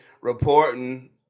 reporting